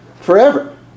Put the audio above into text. forever